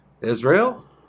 Israel